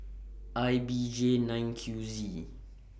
I B J nine Q Z